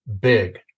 big